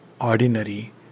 ordinary